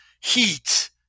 heat